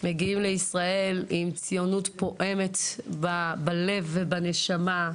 מגיעים לישראל עם ציונות פועמת בלב ובנשמה,